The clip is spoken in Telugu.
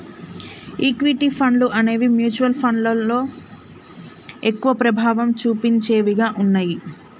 ఈక్విటీ ఫండ్లు అనేవి మ్యూచువల్ ఫండ్లలో ఎక్కువ ప్రభావం చుపించేవిగా ఉన్నయ్యి